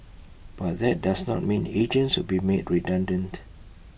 but that does not mean agents will be made redundant